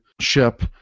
ship